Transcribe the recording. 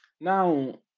Now